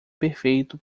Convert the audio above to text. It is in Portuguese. perfeito